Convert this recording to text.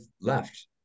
left